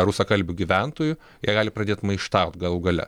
rusakalbių gyventojų jie gali pradėt maištaut galų gale